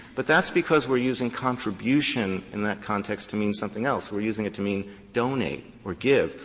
but that's because we're using contribution in that context to mean something else. we're using it to mean donate or give.